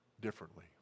differently